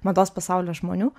mados pasaulio žmonių